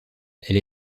elle